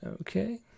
Okay